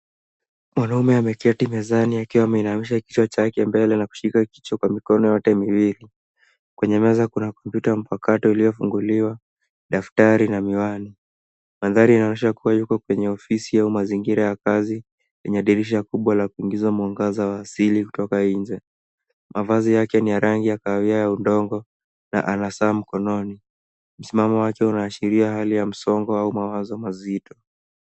Mwanaume ameketi mezani akiwa ameinamisha kichwa chake mbele na kushika kichwa kwa mikono yote miwili. Kwenye meza kuna kompyuta mpakato ulio funguliwa, daftari na miwani. Mandhari inaonyesha kuwa yuko kwenye ofisi au mazingira ya kazi yenye dirisha kubwa la kuingiza mwangaza wa asili kutoka inje. Mavazi yake ni ya rangi ya kahawia ya udongo na ana saa mkononi. Msimamo wake una ashiria hali ya msongo au mawazo mazito.